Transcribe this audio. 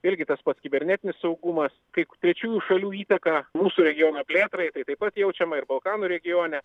irgi tas pats kibernetinis saugumas kaip trečiųjų šalių įtaka mūsų regiono plėtrai tai taip pat jaučiama ir balkanų regione